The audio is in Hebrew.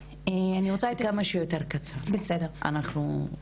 רק כמה שיותר קצר, אנחנו צריכים לסיים.